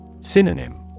Synonym